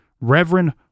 Reverend